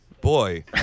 boy